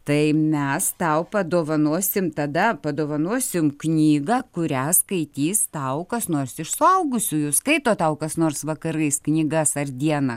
tai mes tau padovanosim tada padovanosim knygą kurią skaitys tau kas nors iš suaugusiųjų skaito tau kas nors vakarais knygas ar dieną